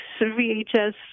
VHS